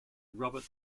robert